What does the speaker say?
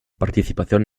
participación